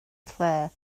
lle